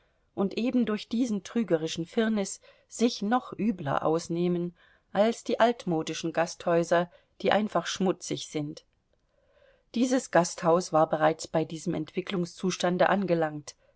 und eben durch diesen trügerischen firnis sich noch übler ausnehmen als die altmodischen gasthäuser die einfach schmutzig sind dieses gasthaus war bereits bei diesem entwicklungszustande angelangt